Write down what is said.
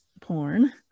porn